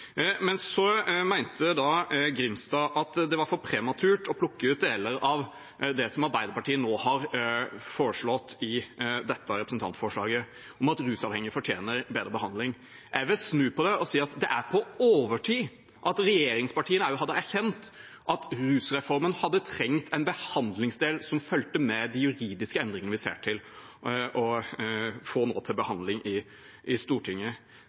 Så mente Grimstad at det var for prematurt å plukke ut deler av det som Arbeiderpartiet nå har foreslått i dette representantforslaget, om at rusavhengige fortjener bedre behandling. Jeg vil snu på det og si at det er på overtid at regjeringspartiene også erkjenner at rusreformen hadde trengt en behandlingsdel som fulgte med de juridiske endringene vi ser, og nå får til behandling i Stortinget. Dette avhenger av at vi også faktisk tar tak i